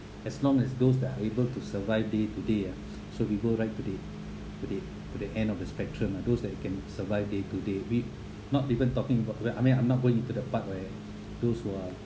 as long as those that are able to survive day to day ah so we go right today today to the end of the spectrum ah those that can survive day to day we not even talking about well I mean I'm not going into the part where those who are